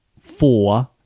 four